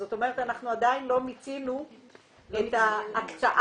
זאת אומרת, אנחנו עדיין לא מיצינו את ההקצאה